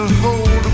hold